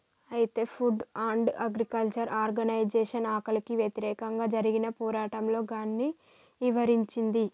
అయితే food and agriculture organization ఆకలికి వ్యతిరేకంగా జరిగిన పోరాటంలో గాన్ని ఇవరించింది